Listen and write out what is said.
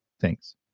thanks